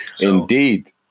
Indeed